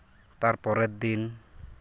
ᱛᱟᱨᱯᱚᱨᱮᱨ ᱫᱤᱱ